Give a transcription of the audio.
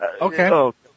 Okay